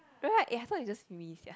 right eh I thought it's just me sia